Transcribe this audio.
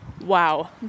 Wow